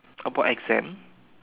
about exams